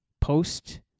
post-